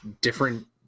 different